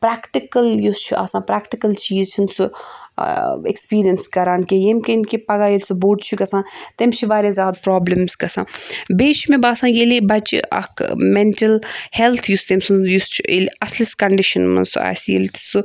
practical یُس چھُ آسان پرٛیٚکٹِکٕل چیٖز چھُنہٕ سُہ ٲں ایٚکٕسپیٖریَنٕس کَران کیٚنٛہہ ییٚمہِ کِنۍ کہِ پَگاہ ییٚلہِ سُہ بوٚڑ چھُ گَژھان تٔمِس چھِ واریاہ زیادٕ پرٛابلِمٕز گژھان بیٚیہِ چھُ مےٚ باسان ییٚلیٚے بَچہِ اَکھ ٲں میٚنٹَل ہیٚلٕتھ یُس تٔمۍ سُنٛد یُس چھُ ییٚلہِ اَصلِس کَنڈِشَن منٛز سُہ آسہِ ییٚلہِ سُہ